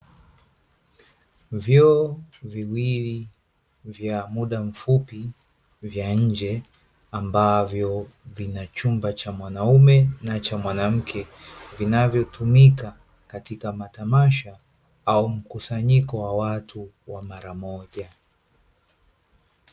Vyoo viwili vya muda mfupi vya nje, ambavyo vina chumba cha mwanamke na cha mwanamme, vinavyotumika katika matamasha au mkusanyiko wa watu kwa mara moja.